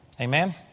Amen